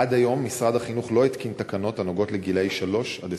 עד היום משרד החינוך לא התקין תקנות הנוגעות לגילאי 3 21. שאלתי: